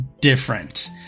different